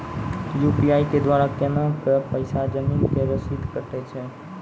UPI के द्वारा केना कऽ पैसा जमीन के रसीद कटैय छै?